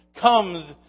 comes